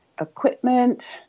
equipment